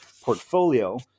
portfolio